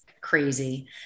crazy